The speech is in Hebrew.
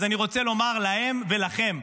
אז אני רוצה לומר להם ולכם: